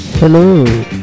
Hello